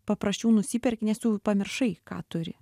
paprasčiau nusiperki nes tu pamiršai ką turi